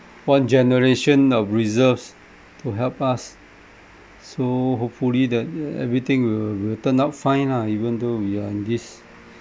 one generation of reserves to help us so hopefully that everything will will turn out fine lah even though we are in this